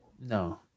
No